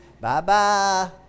Bye-bye